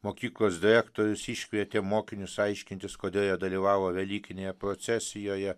mokyklos direktorius iškvietė mokinius aiškintis kodėl jie dalyvavo velykinėje procesijoje